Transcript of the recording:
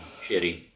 shitty